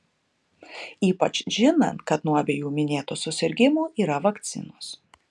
ypač žinant kad nuo abiejų minėtų susirgimų yra vakcinos